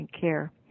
care